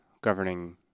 governing